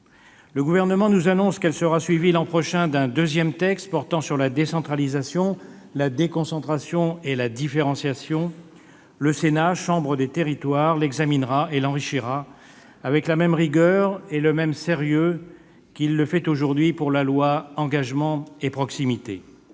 Le Gouvernement nous annonce qu'il sera suivi l'an prochain d'un texte portant sur la décentralisation, la déconcentration et la différenciation. Le Sénat, chambre des territoires, l'examinera et l'enrichira avec la même rigueur et le même sérieux que pour le projet de loi relatif à l'engagement dans la vie